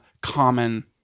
common